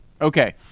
Okay